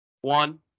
one